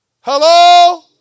Hello